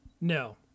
No